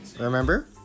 remember